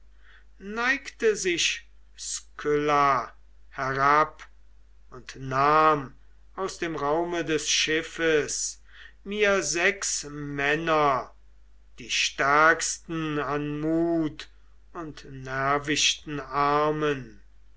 neigte sich skylla herab und nahm aus dem raume des schiffes mir sechs männer die stärksten an mut und nervichten armen